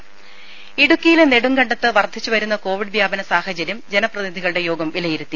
രുര ഇടുക്കിയിലെ നെടുങ്കണ്ടത്ത് വർദ്ധിച്ചു വരുന്ന കോവിഡ് വ്യാപന സാഹചര്യം ജനപ്രതിനിധികളുടെ യോഗം വിലയിരുത്തി